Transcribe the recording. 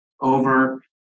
over